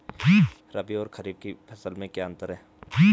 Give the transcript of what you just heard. रबी और खरीफ की फसल में क्या अंतर है?